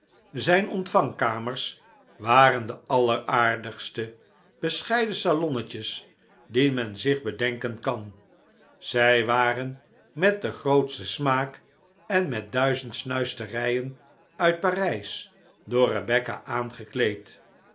zijn ontvangkamers waren de allcraardigste bescheiden salonnetjes die men zich denken kan zij waren met den grootsten smaak en met duizend snuisterijen uit parijs door rebecca aangekleed